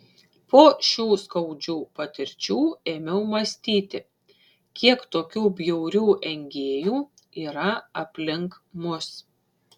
po šių skaudžių patirčių ėmiau mąstyti kiek tokių bjaurių engėjų yra aplink mus